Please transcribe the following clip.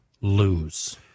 lose